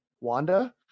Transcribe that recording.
Wanda